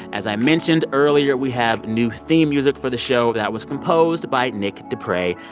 as i mentioned earlier, we have new theme music for the show that was composed by nick deprey.